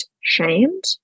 shamed